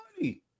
money